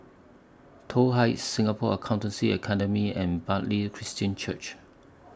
Toh Heights Singapore Accountancy Academy and Bartley Christian Church